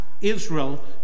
Israel